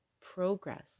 progress